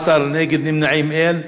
בעד, 14, נגד ונמנעים, אין.